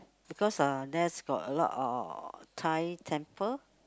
because uh there's got a lot of Thai temple